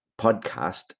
podcast